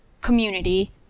community